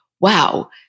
wow